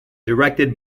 directed